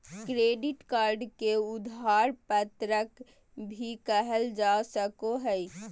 credit card के उधार पत्रक भी कहल जा सको हइ